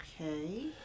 Okay